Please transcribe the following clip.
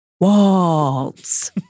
waltz